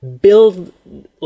build